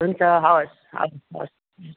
हुन्छ हवस् हवस् हवस्